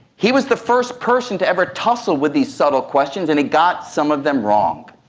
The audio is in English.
he was the first person to ever tussle with these subtle questions and he got some of them wrong.